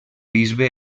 bisbe